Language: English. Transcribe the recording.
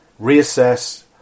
reassess